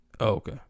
Okay